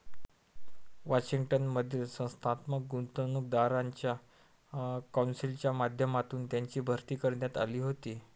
Washington मधील संस्थात्मक गुंतवणूकदारांच्या कौन्सिलच्या माध्यमातून त्यांची भरती करण्यात आली होती